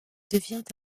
devient